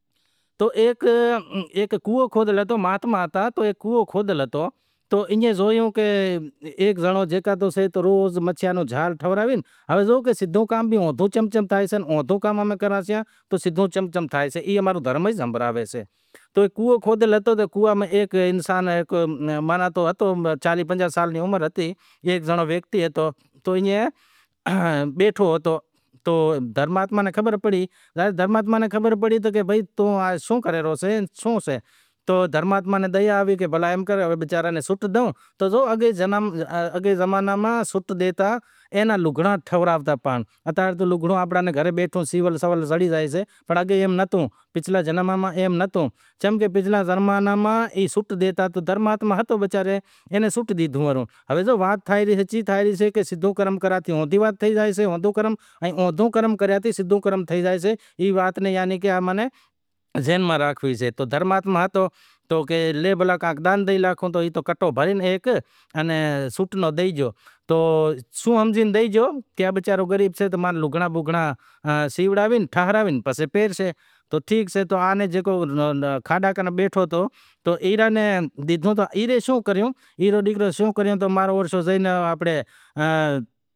ہیک مہاتما ہتو کنووں کھودل ہتو تو ایئاں زویو کہ ایک زنڑو تو مچھلیاں رو جاڑ ٹھراوے ہوے زو کہ اوندھو کام کراں سیئاں تو سیدہو چم چم تھیسے ای امارو دھرم ئی ہمزائے تو کنووں کھودھل ہتو تو ہیک انسان چالیہہ پنجاہ سال نی عمر ہتی ایک زنڑو ہتو تو ایئں بیٹھو ہتو تو دھرماتما نی خبر پڑی تو بھائی توں سوں کرے ریو سے سوں سے تو دھرماتما نی خبر پڑی کہ وچارے ناں سرت ڈوں تو زو اگے زماناں ماں سرتے کہ س ڈیتا تو ایوا لگڑا ٹھراوتا اتارے تو آنپڑاں ناں گھرے بیٹھو سیول زڑے پر اگے ایم نتھو پچھلاں زنماں ماں ایم نتھو چم کہ پچھلاں دھرماں ماں سٹ ڈیتو کہ ہوے وات تھے زائے کہ سدہو کرم کرا ے اوندہو کراں تو سیدھو تھےزائں تو اوندہو کرم کراں تو سدہو تھے زائے۔ ای وات ناں ایناں ذہن میں راکھی ساں تو دھرماتما کیدہو ڈان دیو تو ای کنٹو بھرے سٹ رو ڈئی گیو او شوں ہمزے ڈئی گیو کہ وچارو گریب سے تو لگڑا بگڑا ٹھراوے سیوڑائے پسے پہرشے تو ٹھیک سے جکو کھاڈا کن بیٹھو تو ای ڈیدہو کہ شوں کریو کہ